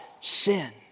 sin